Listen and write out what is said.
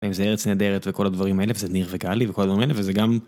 אם זה ארץ נהדרת וכל הדברים האלה וזה ניר וגאלי וכל הדברים האלה וזה גם...